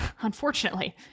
Unfortunately